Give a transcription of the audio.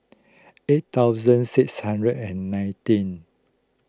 eight thousand six hundred and nineteen